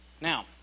Now